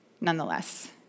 nonetheless